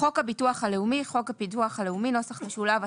"חוק הביטוח הלאומי" חוק הביטוח הלאומי (נוסח משולב),